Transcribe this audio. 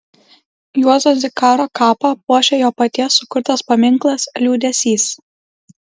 juozo zikaro kapą puošia jo paties sukurtas paminklas liūdesys